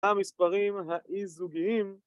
המספרים האי-זוגיים